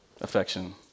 affection